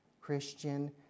Christian